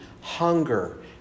hunger